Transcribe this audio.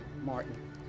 Martin